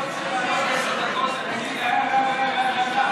עשר דקות הוא אמר א-א-א-א.